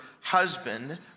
husband